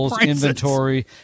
inventory